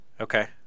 Okay